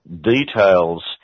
details